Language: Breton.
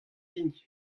din